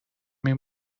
این